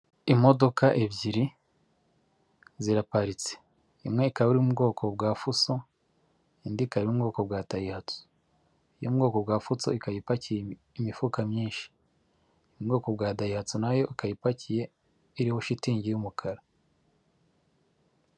Imodoka ebyiri ziraparitse. Imwe ikaba iri mu bwoko bwa fuso indi ikaba iri mu bwoko bwa dayihatsu. Iyo mu bwoko bwa fuso ika ipakiye imifuka myinshi, iyo mu ubwoko bwa dayihatsu nayo ikaba ipakiye iriho shitingiy'umukara.